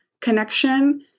connection